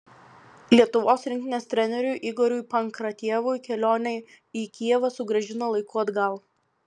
lietuvos rinktinės treneriui igoriui pankratjevui kelionė į kijevą sugrąžino laiku atgal